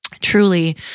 Truly